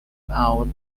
about